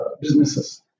businesses